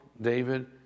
David